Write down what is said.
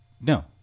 no